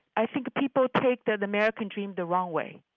i think people take the american dream the wrong way.